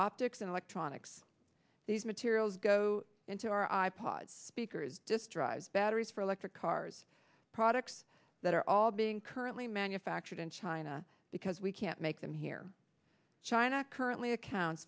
optics and electronics these materials go into our i pods speakers just drives batteries for electric cars products that are all being currently manufactured in china because we can't make them here china currently accounts